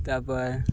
ᱛᱟᱯᱚᱨ